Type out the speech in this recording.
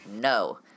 No